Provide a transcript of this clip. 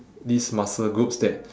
these muscle groups that